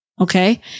Okay